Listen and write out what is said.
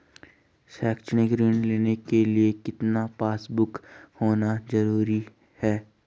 शैक्षिक ऋण लेने के लिए कितना पासबुक होना जरूरी है?